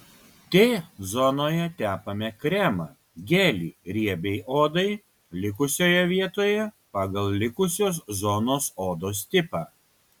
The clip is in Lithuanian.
t zonoje tepame kremą gelį riebiai odai likusioje vietoje pagal likusios zonos odos tipą